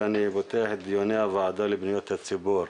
ואני פותח את דיוני הוועדה לפניות הציבור.